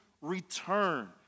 Return